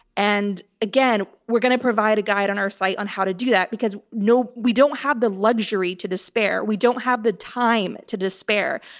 and again, we're going to provide a guide on our site on how to do that because no, we don't have the luxury to despair. we don't have the time to despair.